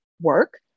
work